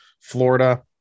florida